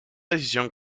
decisión